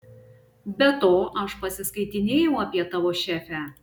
be to aš pasiskaitinėjau apie tavo šefę